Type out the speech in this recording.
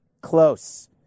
close